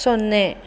ಸೊನ್ನೆ